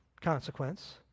consequence